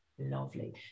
lovely